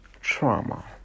trauma